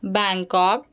Bangkok